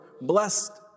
blessed